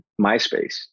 MySpace